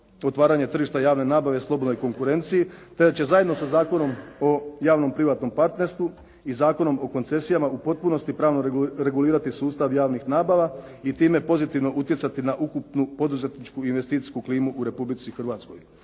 otvaranje tržišta javne nabave slobodnoj konkurenciji, te će zajedno sa Zakonom o javnom privatnom partnerstvu i Zakonom o koncesijama u potpunosti pravno regulirati sustav javnih nabava i time pozitivno utjecati na ukupnu poduzetničku investicijsku klimu u Republici Hrvatskoj.